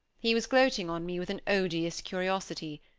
he was gloating on me with an odious curiosity,